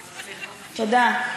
תודה.